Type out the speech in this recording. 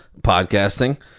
podcasting